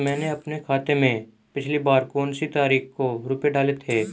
मैंने अपने खाते में पिछली बार कौनसी तारीख को रुपये डाले थे?